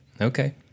okay